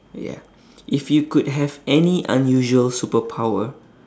ya if you could have any unusual superpower